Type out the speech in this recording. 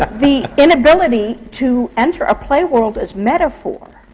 the inability to enter a play world as metaphor,